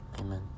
Amen